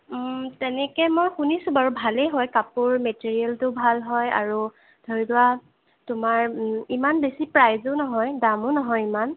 তেনেকে মই শুনিছোঁ বাৰু ভালেই হয় কাপোৰ মেটেৰিয়েলটো ভাল হয় আৰু ধৰি লোৱা তোমাৰ ইমান বেছি প্ৰাইজো নহয় দামো নহয় ইমান